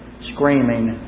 screaming